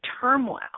turmoil